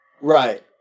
Right